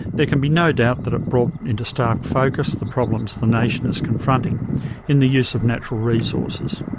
there can be no doubt that it brought into stark focus the problems the nation is confronting in the use of natural resources.